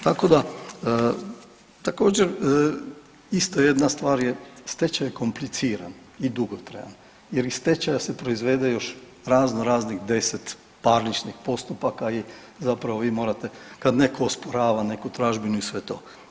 Tako da također isto jedna stvar je stečaj je kompliciran i dugotrajan jer iz stečaja se proizvede još razno raznih 10 parničnih postupaka i zapravo vi morate kad netko osporava neku tražbinu i sve to.